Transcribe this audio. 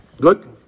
Good